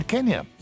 Kenya